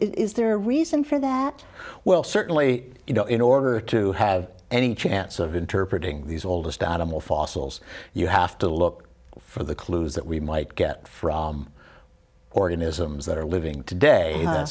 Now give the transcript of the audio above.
is there a reason for that well certainly you know in order to have any chance of interpret these oldest atom will fossils you have to look for the clues that we might get from organisms that are living today